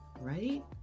right